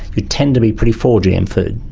you tend to be pretty for gm food,